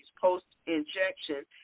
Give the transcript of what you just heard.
post-injection